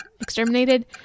exterminated